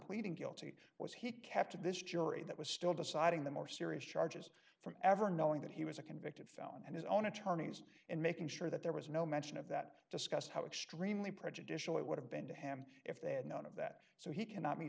pleading guilty was he kept this jury that was still deciding the more serious charges from ever knowing that he was a convicted felon and his own attorneys and making sure that there was no mention of that discuss how extremely prejudicial it would have been to him if they had known of that so he cannot